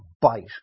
bite